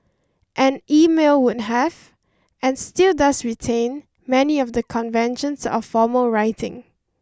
and email would have and still does retain many of the conventions of formal writing